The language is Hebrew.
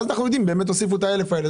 אז נדע אם באמת הוסיפו את ה-1,000 האלה.